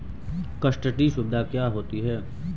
Custody सुविधा क्या होती है?